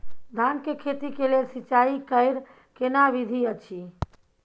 धान के खेती के लेल सिंचाई कैर केना विधी अछि?